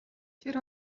тэр